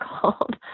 called